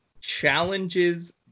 challenges